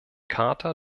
charta